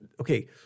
okay